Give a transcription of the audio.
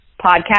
podcast